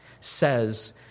says